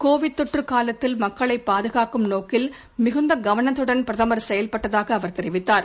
Covid தொற்று காலத்தில் மக்களை பாதுகாக்கும் நோக்கில் மிகுந்த கவனத்துடன் பிரதமர் செயல்பட்டதாக அவர் தெரிவித்தார்